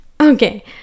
okay